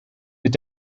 mit